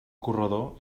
corredor